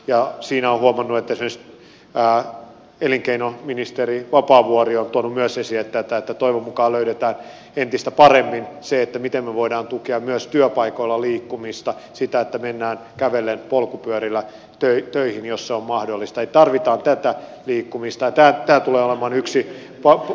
ja siinä olen huomannut että esimerkiksi elinkeinoministeri vapaavuori on myös tuonut esille tätä että toivon mukaan löydetään entistä paremmin se miten me voimme tukea myös työpaikoilla liikkumista sitä että mennään kävellen polkupyörillä töihin jos se on mahdollista tarvitaan työtä liikkuvista päättää tulevan vain yksi palo